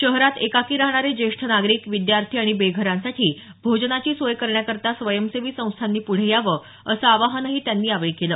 शहरात एकाकी राहणारे ज्येष्ठ नागरिक विद्यार्थी आणि बेघरांसाठी भोजनाची सोय करण्याकरता स्वयंसेवी संस्थांनी पुढे यावं असं आवाहनही त्यांनी यावेळी केलं